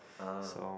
oh